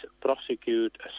prosecute